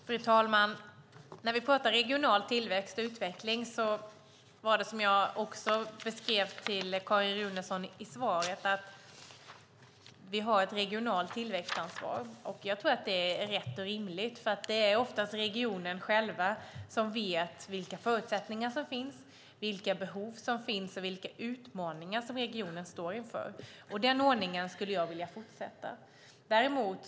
Fru talman! När vi talar regional tillväxt och utveckling är det som jag beskrev i svaret att vi har ett regionalt tillväxtansvar. Jag tror att det är rätt och rimligt, för det är oftast regionerna själva som vet vilka förutsättningar och behov som finns och vilka utmaningar regionen står inför. Den ordningen vill jag fortsätta med.